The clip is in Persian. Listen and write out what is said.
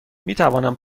میتوانم